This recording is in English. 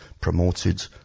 promoted